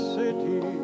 city